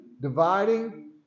Dividing